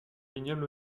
vignoble